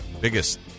biggest